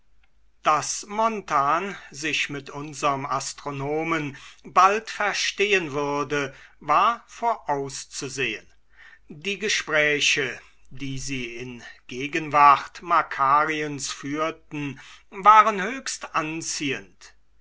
daß montan sich mit unserm astronomen bald verstehen würde war vorauszusehen die gespräche die sie in gegenwart makariens führten waren höchst anziehend